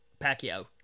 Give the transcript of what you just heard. Pacquiao